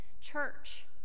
church